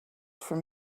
from